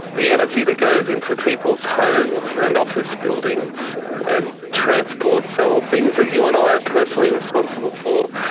the energy that goes into people's homes and office buildings and transport, so all things that you and i are personally responsible for,